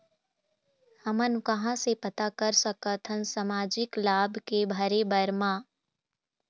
हमन कहां से पता कर सकथन सामाजिक लाभ के भरे बर मा?